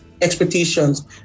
expectations